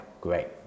great